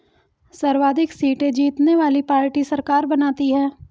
सर्वाधिक सीटें जीतने वाली पार्टी सरकार बनाती है